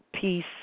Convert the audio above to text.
peace